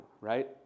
right